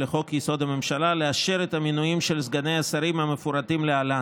לחסל ולהוביל לכך שבמדינת ישראל העם היהודי יהיה ככל העמים.